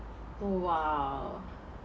oh !wow!